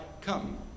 Come